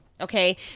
okay